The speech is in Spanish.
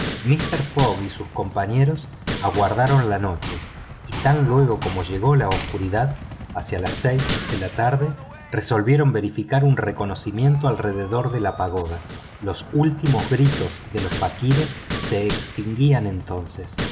mister fogg y sus compañeros aguardaron la noche y tan luego como llegó la oscuridad hacia las seis de la tarde resolvieron verificar un reconocimiento alrededor de la pagoda los últimos gritos de los fakires se extinguían